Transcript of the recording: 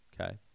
Okay